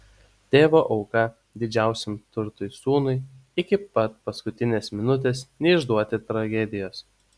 tėvo auka didžiausiam turtui sūnui iki pat paskutinės minutės neišduoti tragedijos